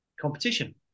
competition